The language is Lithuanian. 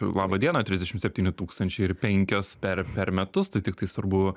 laba diena trisdešim septyni tūkstančiai ir penkios per per metus tai tiktais svarbu